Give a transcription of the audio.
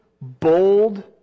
bold